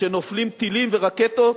כשנופלים טילים ורקטות